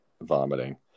vomiting